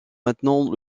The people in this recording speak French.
maintenant